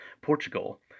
Portugal